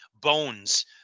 Bones